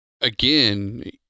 again